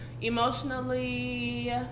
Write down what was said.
emotionally